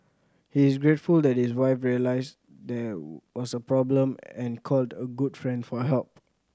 he is grateful that his wife realised there was a problem and called a good friend for help